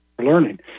learning